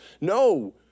no